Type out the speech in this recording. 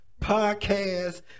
podcast